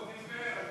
הוא דיבר.